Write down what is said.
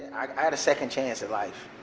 i had a second chance of life.